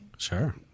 Sure